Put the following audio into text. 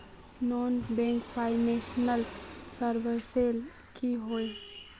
Non banking financial services की होय?